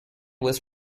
was